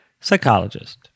Psychologist